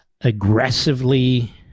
aggressively